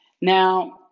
now